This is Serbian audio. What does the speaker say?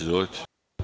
Izvolite.